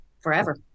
forever